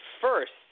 first